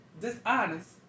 dishonest